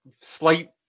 slight